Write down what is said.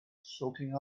soaking